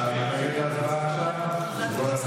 עושים עכשיו הצבעה.